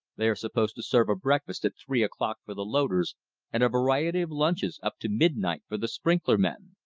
they are supposed to serve a breakfast at three o'clock for the loaders and a variety of lunches up to midnight for the sprinkler men.